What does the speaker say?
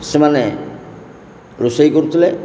ସେମାନେ ରୋଷେଇ କରୁଥିଲେ